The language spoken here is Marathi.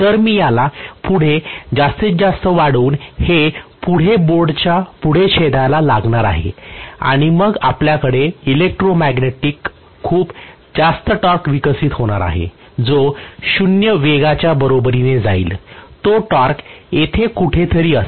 तर मी याला पुढे जास्तीत जास्त वाढवून हे पुढे बोर्डच्या पुढे छेदायला लागणार आहे आणि मग आपल्याकडे इलेक्ट्रोमॅग्नेटिक खूप जास्त टॉर्क विकसित होणार आहे जो 0 वेगाच्या बरोबरीने जाईल तो टॉर्क येथे कुठेतरी असेल